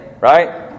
right